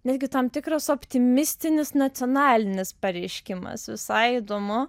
netgi tam tikras optimistinis nacionalinis pareiškimas visai įdomu